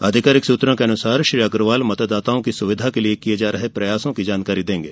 आधिकारिक सूत्रों के अनुसार श्री अग्रवाल मतदाताओं की सुविधा के लिए किये जा रहे प्रयासों की जानकारी देंगे